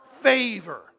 Favor